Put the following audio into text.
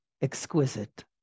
exquisite